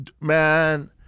Man